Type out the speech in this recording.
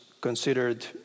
considered